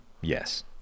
Yes